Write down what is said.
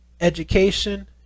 education